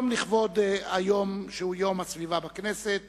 לכבוד יום הסביבה בכנסת